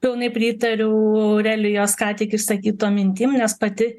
pilnai pritariu aurelijos ką tik išsakytom mintim nes pati